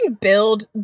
build